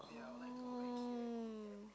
oh